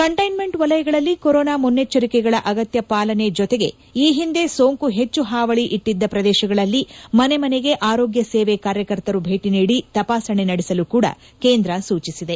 containment ವಲಯಗಳಲ್ಲಿ corona ಮುನ್ನೆಚ್ಚರಿಕೆಗಳ ಅಗತ್ಯ ಪಾಲನೆ ಜತೆಗೆ ಈ ಹಿಂದೆ ಸೋಂಕು ಹೆಚ್ಚು ಹಾವಳಿ ಇಟ್ಟಿದ್ದ ಪ್ರದೇಶಗಳಲ್ಲಿ ಮನೆಮನೆಗೆ ಆರೋಗ್ಯಸೇವೆ ಕಾರ್ಯಕರ್ತರು ಭೇಟಿ ನೀಡಿ ತಪಾಸಣೆ ನಡೆಸಲು ಕೂಡ ಕೇಂದ್ರ ಸೂಚಿಸಿದೆ